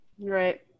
Right